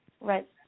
right